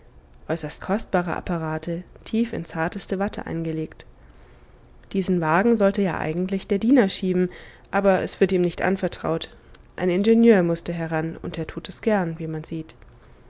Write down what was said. liegen äußerst kostbare apparate tief in zarteste watte eingelegt diesen wagen sollte ja eigentlich der diener schieben aber es wird ihm nicht anvertraut ein ingenieur mußte heran und er tut es gern wie man sieht